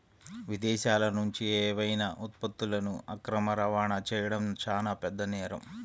విదేశాలనుంచి ఏవైనా ఉత్పత్తులను అక్రమ రవాణా చెయ్యడం చానా పెద్ద నేరం